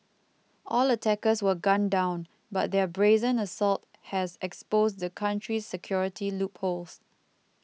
all attackers were gunned down but their brazen assault has exposed the country's security loopholes